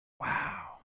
Wow